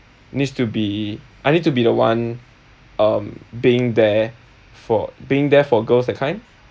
needs to be I need to be the one um being there for being there for girls that kind